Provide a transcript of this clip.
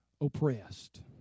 oppressed